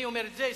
מי אומר את זה?